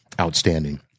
outstanding